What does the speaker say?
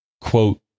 quote